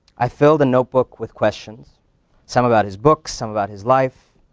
i filled a notebook with questions some about his books, some about his life.